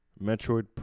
Metroid